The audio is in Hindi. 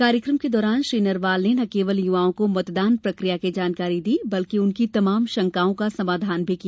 कार्यकम के दौरान श्री नरवाल ने न केवल यूवाओं को मतदान प्रकिया की जानकारी दी बल्कि उनकी तमाम शंकाओं का समाधान भी किया